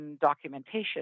documentation